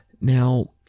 Now